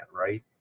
right